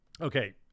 Okay